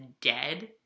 dead